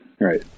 right